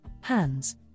hands